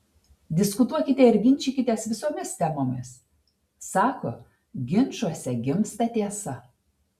diskutuokite ir ginčykitės visomis temomis sako ginčuose gimsta tiesa